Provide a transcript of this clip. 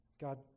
God